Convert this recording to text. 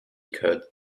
could